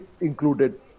included